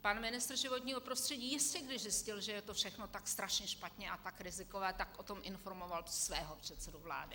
Pan ministr životního prostředí jistě, když zjistil, že je to všechno tak strašně špatně a tak rizikové, tak o tom informoval svého předsedu vlády.